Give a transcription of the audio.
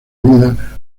medida